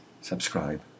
subscribe